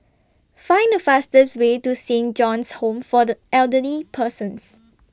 Find The fastest Way to Saint John's Home For The Elderly Persons